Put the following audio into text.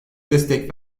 destek